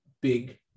big